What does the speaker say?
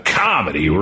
comedy